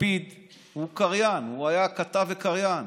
לפיד הוא קריין, הוא היה כתב וקריין,